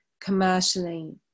commercially